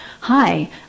hi